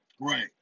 Right